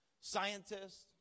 scientists